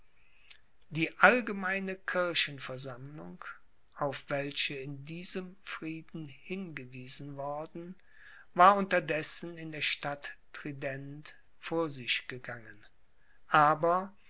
die allgemeine kirchenversammlung auf welche in diesem frieden hingewiesen worden war unterdessen in der stadt trident vor sich gegangen aber